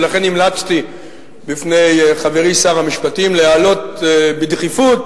ולכן המלצתי בפני חברי שר המשפטים להעלות בדחיפות